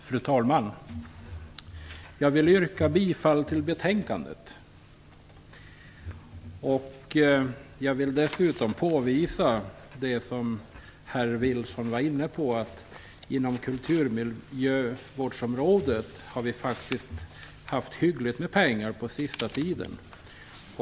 Fru talman! Jag vill yrka bifall till hemställan i betänkandet. Jag vill dessutom påvisa det som herr Wilson var inne på. Inom kulturmiljövårdsområdet har vi faktiskt haft hyggligt med pengar på sista tiden.